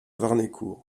warnécourt